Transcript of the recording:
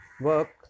work